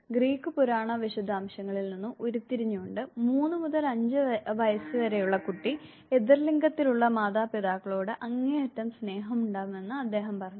Greek പുരാണ വിശദാംശങ്ങളിൽ നിന്ന് ഉരുത്തിരിഞ്ഞുകൊണ്ട് 3 മുതൽ 5 വയസ്സുവരെയുള്ള കുട്ടി എതിർലിംഗത്തിലുള്ള മാതാപിതാക്കളോട് അങ്ങേയറ്റം സ്നേഹം ഉണ്ടാവുമെന്ന് അദ്ദേഹം പറഞ്ഞു